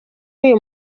uyu